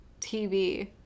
tv